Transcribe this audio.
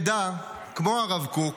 ושכמו הרב קוק